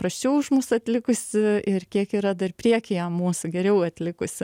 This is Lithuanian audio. prasčiau už mus atlikusių ir kiek yra dar priekyje mūsų geriau atlikusių